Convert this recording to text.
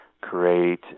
create